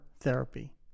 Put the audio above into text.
therapy